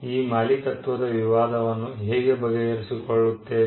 ಈ ಮಾಲೀಕತ್ವದ ವಿವಾದವನ್ನು ಹೇಗೆ ಬಗೆಹರಿಸಿಕೊಳ್ಳುತ್ತೇವೆ